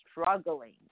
struggling